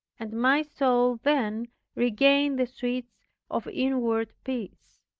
and my soul then regained the sweets of inward peace.